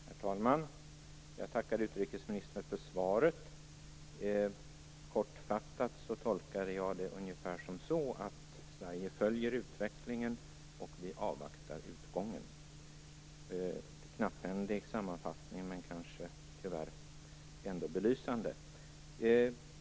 Herr talman! Jag tackar utrikesministern för svaret. Kort tolkade jag svaret som följer: Sverige följer utvecklingen, och vi avvaktar utgången. Det är en knapphändig sammanfattning, men kanske tyvärr ändå belysande.